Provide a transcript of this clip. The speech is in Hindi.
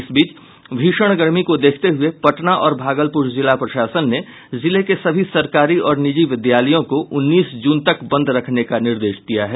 इस बीच भीषण गर्मी को देखते हुये पटना और भागलपुर जिला प्रशासन ने जिले के सभी सरकारी और निजी विद्यालयों को उन्नीस जून तक बंद रखने के निर्देश दिये हैं